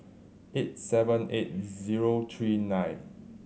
eight seven eight zero three nine